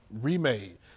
remade